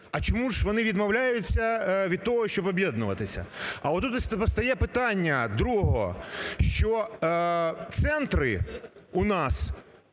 А чому ж вони відмовляються від того, щоб об'єднуватися? А тут постає питання другого, що центри у нас,